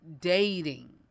dating